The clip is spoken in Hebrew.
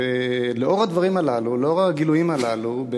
לאור הגילויים הללו,